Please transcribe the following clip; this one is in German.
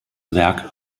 werk